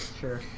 sure